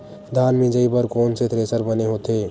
धान मिंजई बर कोन से थ्रेसर बने होथे?